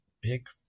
big